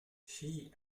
she